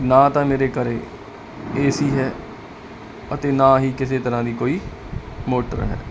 ਨਾ ਤਾਂ ਮੇਰੇ ਘਰੇ ਏ ਸੀ ਹੈ ਤੇ ਨਾਂ ਹੀ ਕਿਸੇ ਤਰ੍ਮੋਹਾ ਦੀ ਕੋਈ ਮੋਟਰ ਹੈ